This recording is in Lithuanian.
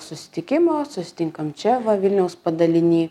susitikimo susitinkam čia va vilniaus padaliniai